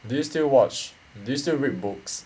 do you still watch do you still read books